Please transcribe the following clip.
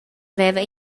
veva